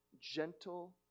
gentle